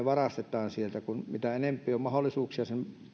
varastetaan sieltä ja mitä enempi on mahdollisuuksia sen